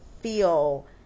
feel